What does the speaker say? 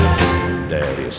Daddy